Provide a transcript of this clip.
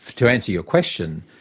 to answer your question,